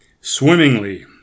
swimmingly